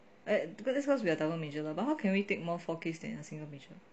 but that's cause we are double major lah but how can we take more four k than in a single major